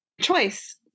choice